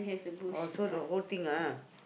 orh so the whole thing ah